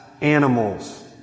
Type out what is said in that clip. animals